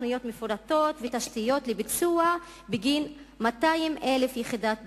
תוכניות מפורטות ותשתיות לביצוע בגין 200,000 יחידות דיור.